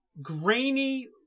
grainy